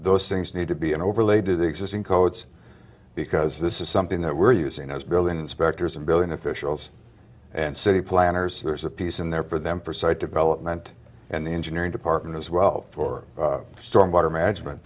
those things need to be an overlay do the existing codes because this is something that we're using as building inspectors and building officials and city planners there's a piece in there for them for site development and the engineering department as well for storm water management